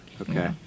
Okay